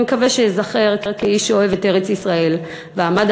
אני מקווה שאזכר כאיש שאהב את ארץ-ישראל ועמד